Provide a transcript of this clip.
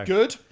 Good